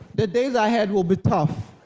the days ahead will be tough,